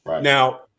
Now